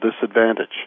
disadvantage